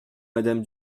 madame